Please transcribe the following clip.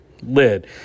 lid